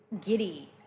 giddy